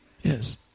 Yes